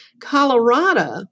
Colorado